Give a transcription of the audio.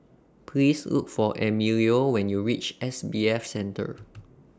Please Look For Emilio when YOU REACH S B F Center